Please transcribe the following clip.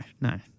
no